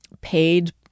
paid